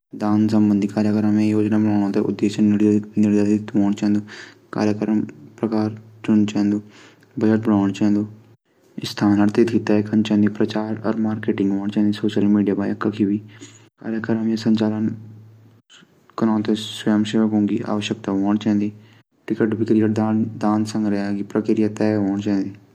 दान सम्बन्धी कार्यक्रम मा हमथै इन योजना बणान चैद की पैल त हमथै दान राशी तय कन चैंद। दान श्रोत दिखण चैंद कि कख बिटेकी हम व्यवस्था कला। कार्यक्रम की तिथि तय कन। दान व्यवस्था कख बिटे कला। वेक सामग्री क्या हुवालू दान प्रचार प्रसार भी कन। लूखूं थै आमंत्रण भिजण चैदा। आयोजन मा कतखा लोग उपस्थित होला। धन्यवाद कै तरीका से कन। मुल्यांकन कै हिसाब से कन।